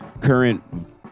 current